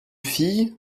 filles